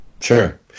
Sure